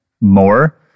more